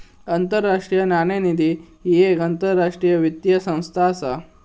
आंतरराष्ट्रीय नाणेनिधी ही येक आंतरराष्ट्रीय वित्तीय संस्था असा